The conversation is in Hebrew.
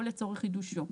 או לצורך חידושו,